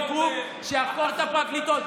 יהיה גוף שיחקור את הפרקליטות.